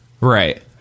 right